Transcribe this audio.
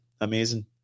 amazing